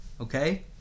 okay